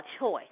choice